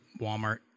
Walmart